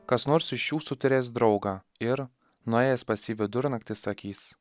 kas nors iš jūsų turės draugą ir nuėjęs pas jį vidurnaktį sakys